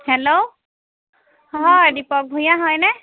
hello হয় দীপক ভূঞা হয়নে